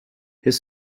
his